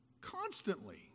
constantly